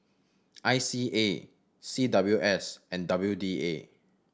I C A C W S and W D A